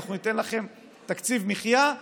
אנחנו ניתן לכם תקציב מחיה,